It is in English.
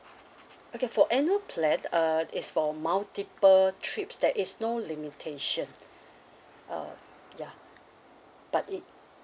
okay for annual plan uh it's for multiple trips there is no limitation uh ya but it